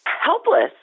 helpless